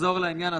לחזור לעניין עצמו.